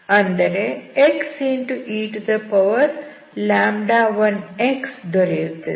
ಅಂದರೆ xe1x ದೊರೆಯುತ್ತದೆ